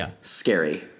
scary